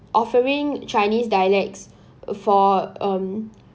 offering chinese dialects for um